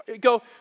go